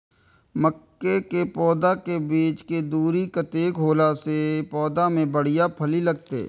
मके के पौधा के बीच के दूरी कतेक होला से पौधा में बढ़िया फली लगते?